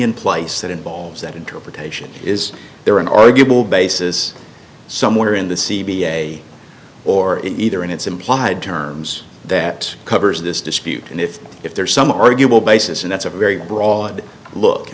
in place that involves that interpretation is there an arguable basis somewhere in the c b a or in either in its implied terms that covers this dispute and if if there is some arguable basis and that's a very broad look i